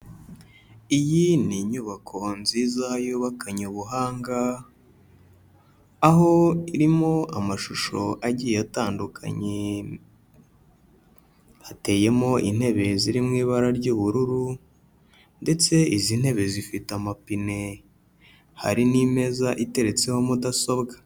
Iyi ni inyubako nziza yubakanye ubuhanga, aho irimo amashusho agiye atandukanye. Hateyemo intebe ziri mu ibara ry'ubururu ndetse izi ntebe zifite amapine. Hari n'imeza iteretseho mudasobwa.